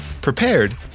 prepared